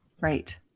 Right